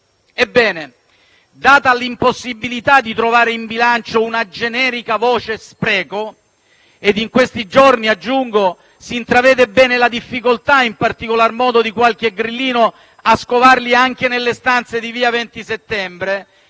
Ebbene, data l'impossibilità di trovare in bilancio una generica voce «spreco» (e aggiungo che in questi giorni si intravede bene la difficoltà, in particolar modo di qualche grillino, a scovarli anche nelle stanze di via XX Settembre)